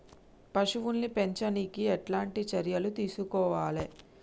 పశువుల్ని పెంచనీకి ఎట్లాంటి చర్యలు తీసుకోవాలే?